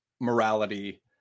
morality